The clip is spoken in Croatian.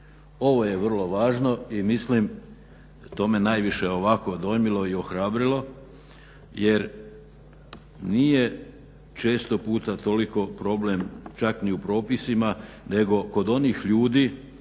Ovo je vrlo važno i mislim to me najviše dojmilo i ohrabrilo jer nije često puta toliko problem čak ni u propisima nego kod onih ljudi,